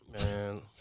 Man